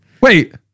Wait